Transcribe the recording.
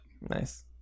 Nice